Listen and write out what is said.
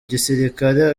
gisirikare